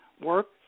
work